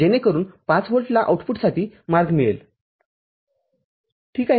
जेणेकरून ५ व्होल्टला आउटपुटसाठी मार्ग मिळेल ठीक आहे